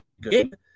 good